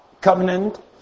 covenant